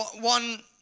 one